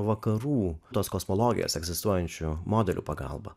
vakarų tos kosmologijos egzistuojančių modelių pagalba